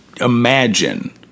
imagine